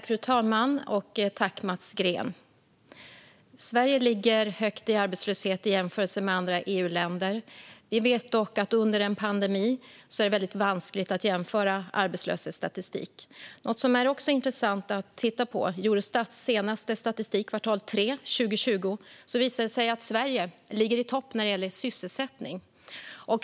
Fru talman! Sverige ligger högt i arbetslöshet i jämförelse med andra EU-länder. Vi vet dock att under en pandemi är det vanskligt att jämföra arbetslöshetsstatistik. Något som också är intressant att titta på är Eurostats senaste statistik, den för kvartal tre 2020. Där visar det sig att Sverige ligger i topp när det gäller sysselsättning.